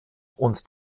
und